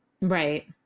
Right